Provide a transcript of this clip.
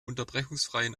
unterbrechungsfreien